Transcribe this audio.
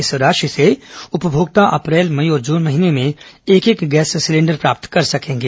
इस राशि से उपभोक्ता अप्रैल मई और जून महीने में एक एक गैस सिलेंडर प्राप्त कर सकेंगे